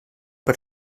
per